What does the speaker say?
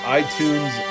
iTunes